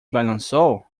balançou